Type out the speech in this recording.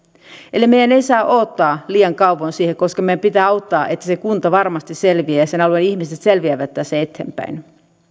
eli me emme saa odottaa liian kauan sitä koska meidän pitää auttaa niin että se kunta varmasti selviää ja sen alueen ihmiset selviävät tässä eteenpäin